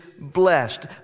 blessed